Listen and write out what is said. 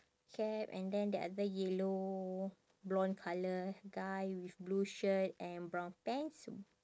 cap and then the other yellow blonde colour guy with blue shirt and brown pants